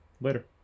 Later